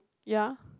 ya